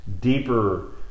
deeper